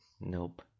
Nope